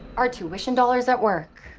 our tuition dollars at work.